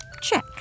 check